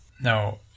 Now